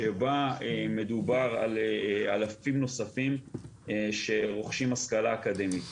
שבה מדובר על אלפים נוספים שרוכשים השכלה אקדמית.